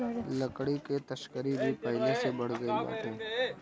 लकड़ी के तस्करी भी पहिले से बढ़ गइल बाटे